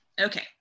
okay